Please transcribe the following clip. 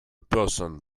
person